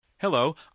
Hello